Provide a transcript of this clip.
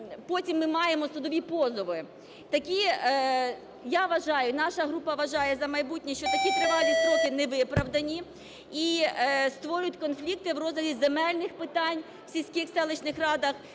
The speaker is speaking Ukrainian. потім ми маємо судові позови. Я вважаю, і наша група вважає "За майбутнє", що такі тривалі строки не виправдані і створюють конфлікти в розгляді земельних питань в сільських, селищних радах